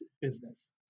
business